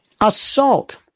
Assault